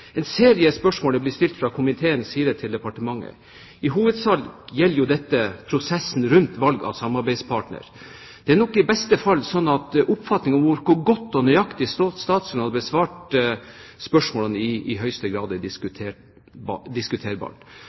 En serie spørsmål er blitt stilt fra komiteens side til departementet. I hovedsak gjelder dette prosessen rundt valg av samarbeidspartner. Det er nok i beste fall i høyeste grad diskuterbart hvor godt og nøyaktig statsråden har besvart spørsmålene.